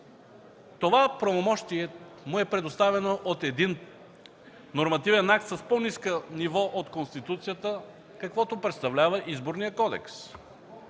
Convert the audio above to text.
това правомощие му е предоставено от един нормативен акт с по-ниско ниво от Конституцията, каквото представлява Изборният кодекс.